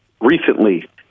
Recently